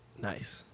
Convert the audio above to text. Nice